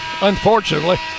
unfortunately